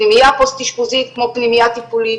פנימייה פוסט אשפוזית כמו פנימייה טיפולית